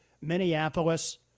Minneapolis